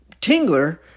Tingler